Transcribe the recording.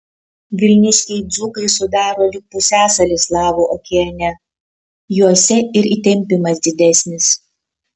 vilniškiai dzūkai sudaro lyg pusiasalį slavų okeane juose ir įtempimas didesnis